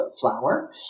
flour